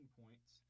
points